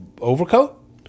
overcoat